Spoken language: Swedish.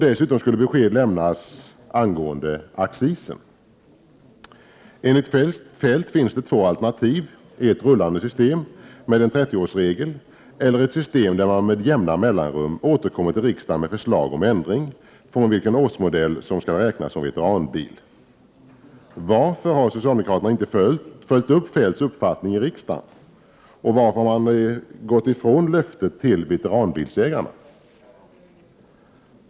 Dessutom skulle besked lämnas angående accisen. Enligt Feldt finns det två alternativ — ett system med en rullande 30-årsgräns eller ett system där man med jämna mellanrum återkommer till riksdagen med förslag om ändring när det gäller fr.o.m. vilken årsmodell bilar skall räknas som veteranbilar. Varför har socialdemokraterna inte följt upp Feldts uppfattning i riksdagen? Varför har man gått ifrån löftet till veteranbilsägarna?